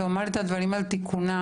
לומר את הדברים על תיקונם,